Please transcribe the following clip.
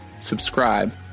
subscribe